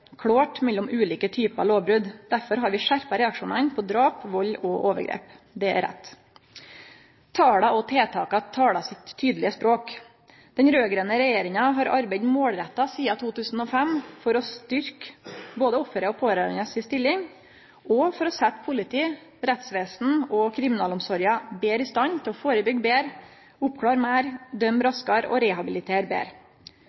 klårt mellom ulike typar lovbrot. Derfor har vi skjerpa reaksjonane for drap, vald og overgrep. Det er rett. Tala og tiltaka talar sitt tydelege språk. Den raud-grøne regjeringa har arbeidd målretta sidan 2005 for å styrkje både offeret og dei pårørande si stilling og for å setje politiet, rettsvesenet og kriminalomsorga betre i stand til å førebyggje betre, oppklare meir,